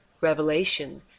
Revelation